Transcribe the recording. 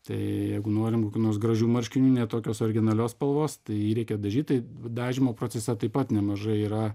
tai jeigu norim kupinos gražių marškinių ne tokios originalios spalvos tai reikia dažyt tai dažymo procese taip pat nemažai yra